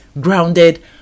grounded